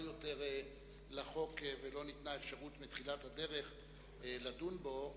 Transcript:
יותר ולא ניתנה אפשרות מתחילת הדרך לדון בו.